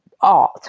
art